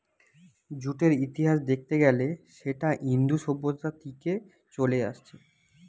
জুটের ইতিহাস দেখত গ্যালে সেটা ইন্দু সভ্যতা থিকে চলে আসছে